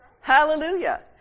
Hallelujah